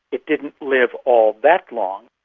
it didn't live all that long,